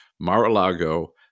mar-a-lago